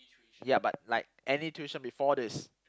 ya but like any tuition before this